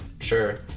Sure